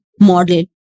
model